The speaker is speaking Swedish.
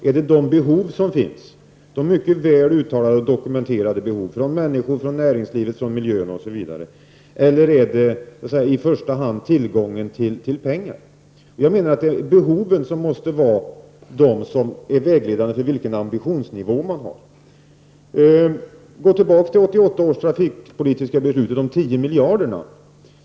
Är det de behov som finns, de mycket väl uttalade och dokumenterade behoven från människorna, näringslivet, miljön osv., eller är det i första hand tillgången till pengar? Jag menar att behoven måste vara vägledande för ambitionsnivån. Gå tillbaka till 1988 års trafikpolitiska beslut om de 10 miljarderna.